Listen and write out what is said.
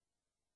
יש